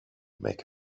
make